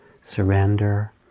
surrender